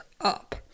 up